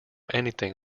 anything